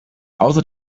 außer